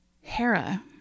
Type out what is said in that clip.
Hera